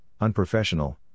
unprofessional